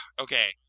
okay